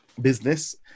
business